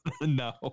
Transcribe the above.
No